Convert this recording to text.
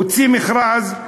הוציא מכרז,